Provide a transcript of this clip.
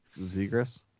Zegris